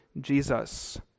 Jesus